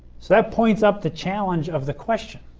seth points up the challenge of the question.